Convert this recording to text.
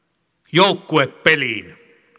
joukkuepeliin